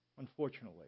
Unfortunately